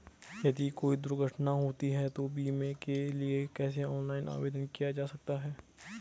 यदि कोई दुर्घटना होती है तो बीमे के लिए कैसे ऑनलाइन आवेदन किया जा सकता है?